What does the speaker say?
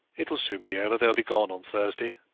it will soon be over. they'll be gone on thursday.